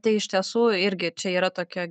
tai iš tiesų irgi čia yra tokia